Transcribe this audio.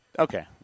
Okay